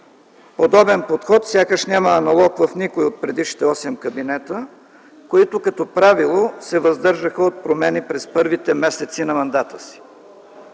Подобен подход сякаш няма аналог в никой от предишните осем кабинета, които като правило се въздържаха от промени в първите месеци от мандата си.